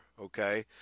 okay